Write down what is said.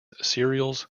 cereals